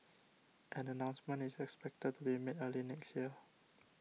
an announcement is expected to be made early next year